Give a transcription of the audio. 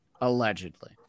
allegedly